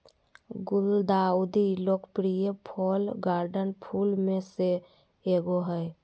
गुलदाउदी लोकप्रिय fall garden फूल में से एगो हइ